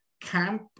camp